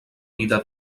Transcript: vida